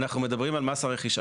אנחנו מדברים על מס הרכישה.